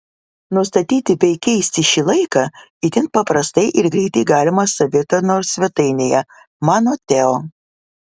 nustatyti bei keisti šį laiką itin paprastai ir greitai galima savitarnos svetainėje mano teo